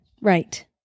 Right